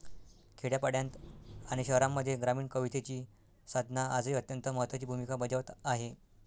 खेड्यापाड्यांत आणि शहरांमध्ये ग्रामीण कवितेची साधना आजही अत्यंत महत्त्वाची भूमिका बजावत आहे